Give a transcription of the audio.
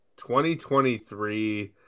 2023